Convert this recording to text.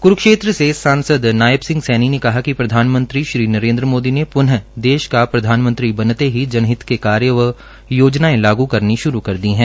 क्रुक्षेत्र से सांसद नायब सिंह सैनी ने कहा कि प्रधानमंत्री श्री नरेन्द्र मोदी ने पुनः देश का प्रधानमंत्री बनते ही जनहित के कार्य एवं योजनाएं लगा करनी शुरू कर दी हैं